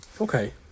Okay